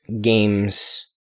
games